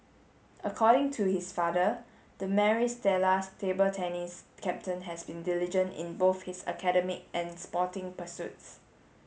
according to his father the Maris Stella table tennis captain has been diligent in both his academic and sporting pursuits